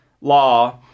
law